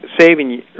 saving